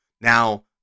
Now